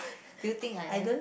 do you think I am